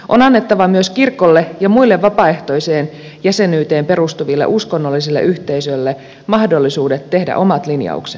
on annettava myös kirkolle ja muille vapaaehtoiseen jäsenyyteen perustuville uskonnollisille yhteisöille mahdollisuudet tehdä omat linjauksensa